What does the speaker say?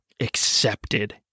Accepted